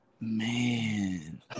Man